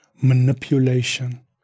manipulation